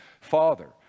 father